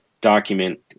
document